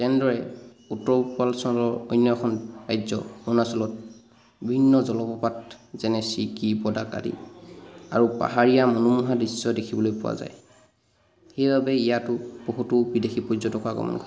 তেনেদৰে উত্তৰ পূৰ্বাঞ্চলৰ অন্য এখন ৰাজ্য অৰুণাচলত বিভিন্ন জলপ্ৰপাত যেনে চিকি ব'দাক আদি আৰু পাহাৰীয়া মনোমোহা দৃশ্য দেখিবলৈ পোৱা যায় সেইবাবে ইয়াতো বহুতো বিদেশী পৰ্যটকৰ আগমন ঘটে